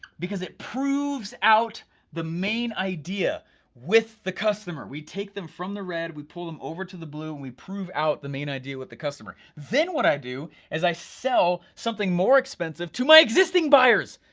because it proves out the main idea with the customer. we take them from the red, we pull them over to the blue and we prove out the main idea with the customer. then what i do, is i sell something more expensive to my existing buyers,